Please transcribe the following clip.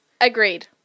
Agreed